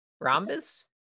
Rhombus